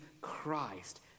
Christ